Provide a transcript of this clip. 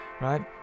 right